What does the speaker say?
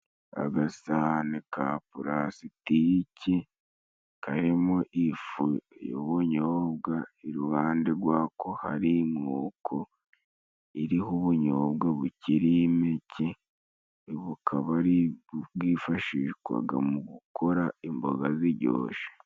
Agasahani ka pulasitiki karimo ifu y'ubunyobwa, iruhande gwako hari inkoko iriho ubunyobwa bukiri impeke, bukabari bwifashishwaga mu gukora imboga zijyoshe.